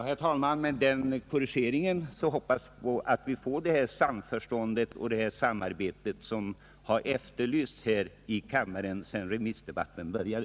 Herr talman! Med detta hoppas jag att vi får det samförstånd och det samarbete som efterlysts här i kammaren sedan remissdebatten började.